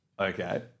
Okay